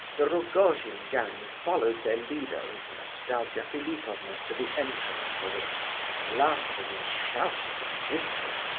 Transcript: the rogojin gang followed their leader and nastasia philipovna to the entrance-hall, laughing and shouting and whistling.